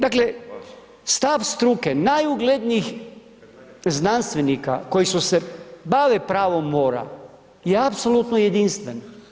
Dakle stav struke najuglednijih znanstvenika koji su se bavili pravom mora je apsolutno jedinstven.